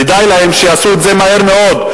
כדאי להם שיעשו את זה מהר מאוד.